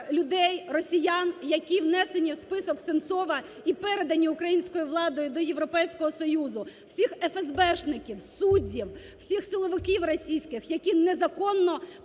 людей росіян, які внесені в список Сенцова і передані українською владою до Європейського Союзу. Всіх ефесбешників, суддів, всіх силовиків російських, які незаконно